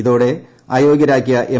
ഇതോടെ അയോഗ്യരാക്കിയ എം